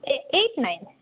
A eight nine